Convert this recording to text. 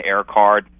AirCard